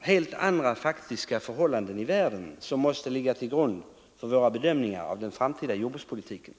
helt andra faktiska förhållanden i världen måste ligga till grund för våra bedömningar av den framtida jordbrukspolitiken.